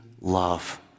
love